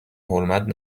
حرمت